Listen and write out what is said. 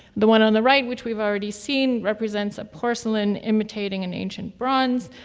the one on the right, which we've already seen, represents a porcelain imitating an ancient bronze,